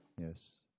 Yes